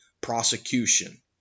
prosecution